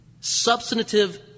Substantive